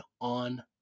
on